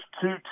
two